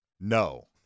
No